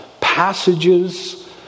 passages